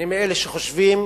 אני מאלה שחושבים